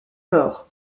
nord